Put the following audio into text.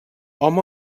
hom